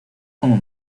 como